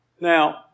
Now